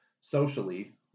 socially